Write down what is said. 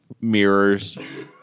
mirrors